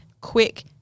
quick